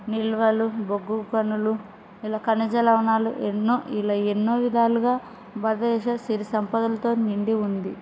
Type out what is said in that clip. నిల్వలు బొగ్గు గనులు ఇలా ఖనిజలవణాలు ఎన్నో ఇలా ఎన్నో విధాలుగా భారతదేశం సిరి సంపదలతో నిండి ఉంది